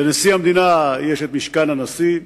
לנשיא המדינה יש משכן הנשיא,